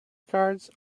cards